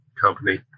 company